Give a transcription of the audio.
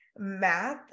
math